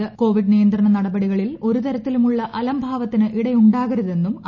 Covid നിയന്ത്രണ നടപടികളിൽ ഒരുതരത്തിലമുള്ള അലംഭാവത്തിന്റ് ഇടയുണ്ടാക്കരുതെന്നും ശ്രീ